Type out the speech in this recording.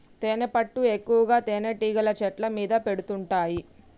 తేనెపట్టు ఎక్కువగా తేనెటీగలు చెట్ల మీద పెడుతుంటాయి